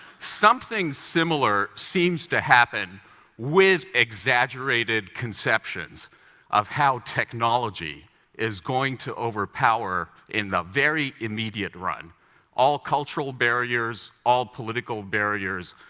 something similar seems to happen with exaggerated conceptions of how technology is going to overpower in the very immediate run all cultural barriers, all political barriers,